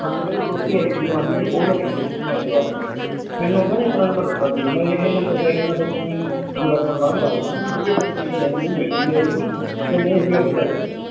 Anil grocery ਆਈ ਸੀ ਗਵਾਂਢੀ ਉਹ ਲੈ ਕੇ ਗਏ ਸੀ ਮੈਰਜ ਵਾਸਤੇ ਮੈਨੂੰ ਉਹਨਾਂ ਨੇ ਆਪਣਾ ਸੀ ਇਹ ਨੰਬਰ ਲੈ ਕੇ ਮੈਂ ਕਨਫਰਮ ਕਰ ਲਾਂਗੇ ਜਿਹੜੀ ਆਪਣੀ ਚੀਜ਼ ਚਾਹੀਦੀ ਮਿਲ ਵੀ ਜਾਵੇਗੀ ਅਤੇ ਨਹੀਂ ਇਸ ਕਰਕੇ ਲੈ